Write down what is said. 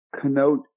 connote